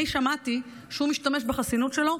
אני שמעתי שהוא משתמש בחסינות שלו,